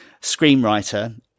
screenwriter